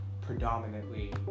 predominantly